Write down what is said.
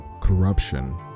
Corruption